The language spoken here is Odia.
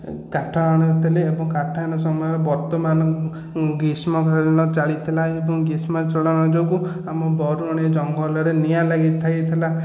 କାଠ ହାଣୁଥିଲି ଏବଂ କାଠ ହାଣିବା ସମୟରେ ବର୍ତ୍ତମାନ ମୁଁ ଗ୍ରୀଷ୍ମକାଳୀନ ଚାଲିଥିଲା ଏବଂ ଗ୍ରୀଷ୍ମଚାଳନ ଯୋଗୁ ଆମ ବରୁଣେଇ ଜଙ୍ଗଲରେ ନିଆଁ ଲାଗିଥାଇଥିଲା